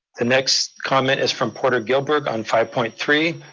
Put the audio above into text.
the next comment is from porter gilberg on five point three.